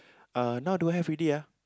uh now don't have already ah